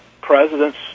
presidents